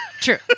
true